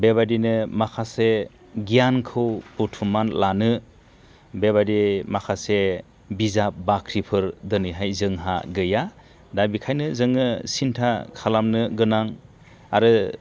बेबादिनो माखासे गियानखौ बुथुमनानै लानो बेबादि माखासे बिजाब बाख्रिफोर दिनैहाय जोंहा गैया दा बेखायनो जोङो सिन्था खालामनो गोनां आरो